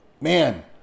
man